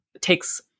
takes